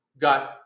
got